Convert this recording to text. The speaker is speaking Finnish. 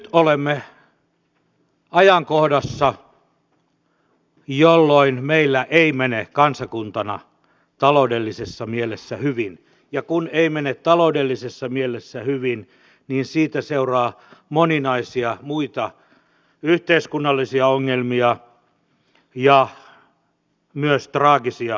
nyt olemme ajankohdassa jolloin meillä ei mene kansakuntana taloudellisessa mielessä hyvin ja kun ei mene taloudellisessa mielessä hyvin niin siitä seuraa moninaisia muita yhteiskunnallisia ongelmia ja myös traagisia ihmiskohtaloita